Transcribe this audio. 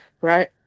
right